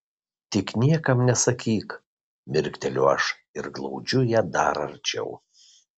tik niekam nesakyk mirkteliu aš ir glaudžiu ją dar arčiau